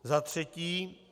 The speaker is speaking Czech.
Za třetí.